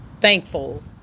thankful